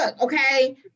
Okay